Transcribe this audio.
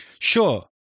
Sure